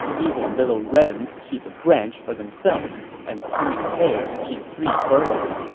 even little wrens keep a branch for themselves and cunning hares keep three burrows,